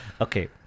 Okay